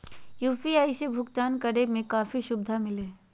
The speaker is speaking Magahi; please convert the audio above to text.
यू.पी.आई से भुकतान करे में काफी सुबधा मिलैय हइ